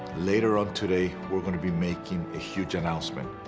later on today we are going to be making a huge announcement.